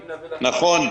נכון.